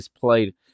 played